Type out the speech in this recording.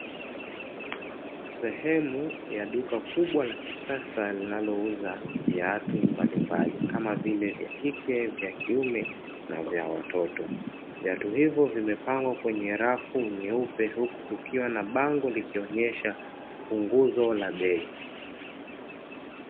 Sehemu ya duka kubwa la kisasa linaouza viatu mbalimbali kama vile vya kike, vya kiume na vya watoto, viatu hivyo vimepangwa kwenye rafu nyeupe huku kukiwa na bango likionyesha punguzo la bei.